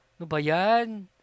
Nubayan